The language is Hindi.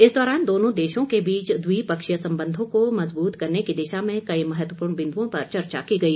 इस दौरान दोनों देशों के बीच द्विपक्षीय संबंधों को मजबूत करने की दिशा में कई महत्वपूर्ण बिन्दुओं पर चर्चा की गई